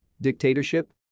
Dictatorship